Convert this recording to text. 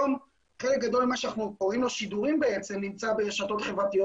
היום חלק גדול ממה שאנחנו קוראים לו 'שידורים' נמצא ברשתות חברתיות